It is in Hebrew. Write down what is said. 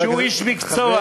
שהוא איש מקצוע,